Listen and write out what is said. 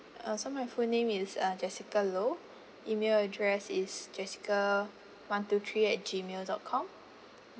uh so my full name is uh jessica loh email address is jessica one two three at G mail dot com